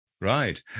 Right